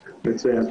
מצוין.